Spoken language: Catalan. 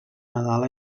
nadal